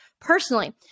personally